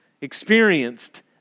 experienced